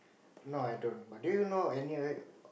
no I don't but do you know any of it